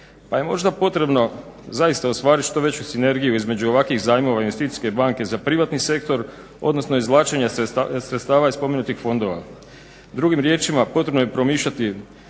pa je možda potrebno zaista ostvariti što veću sinergiju između ovakvih zajmova Investicijske banke na za privatni sektor odnosno izvlačenja sredstava iz spomenutih fondova. Drugim riječima potrebno je promišljati